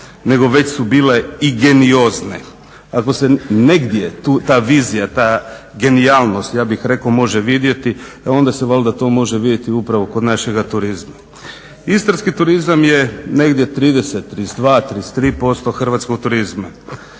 nego već su bile i geniozne. Ako se negdje ta vizija, ta genijalnost, ja bih rekao, može vidjeti e onda se valjda to može vidjeti upravo kod našega turizma. Istarski turizam je negdje 30, 32, 33% hrvatskog turizma.